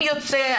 אם יוצא,